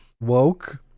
woke